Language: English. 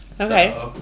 Okay